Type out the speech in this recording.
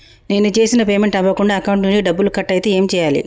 నేను చేసిన పేమెంట్ అవ్వకుండా అకౌంట్ నుంచి డబ్బులు కట్ అయితే ఏం చేయాలి?